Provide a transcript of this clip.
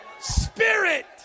Spirit